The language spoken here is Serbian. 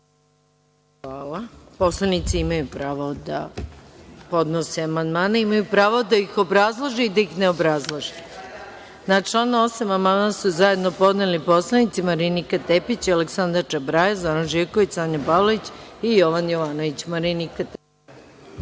Hvala. Poslanici imaju pravo da podnose amandmane i imaju pravo da ih obrazlože i da ih ne obrazlože. Na član 8. amandman su zajedno podneli narodni poslanici Marinika Tepić, Aleksandra Čabraja, Zoran Živković, Sonja Pavlović i Jovan Jovanović. Reč